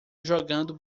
jogando